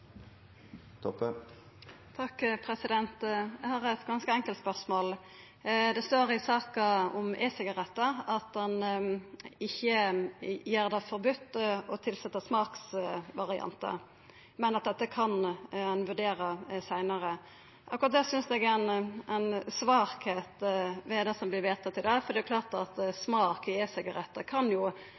Eg har eit ganske enkelt spørsmål. Det står i saka om e-sigarettar at ein ikkje gjer det forbode å tilsetja smaksvariantar, men at dette kan ein vurdera seinare. Akkurat det synest eg er ei svakheit ved det som vert vedteke i dag, for det er klart at smak i e-sigarettar kan